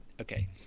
Okay